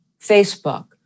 Facebook